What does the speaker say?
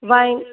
wine